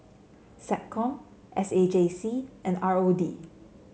SecCom S A J C and R O D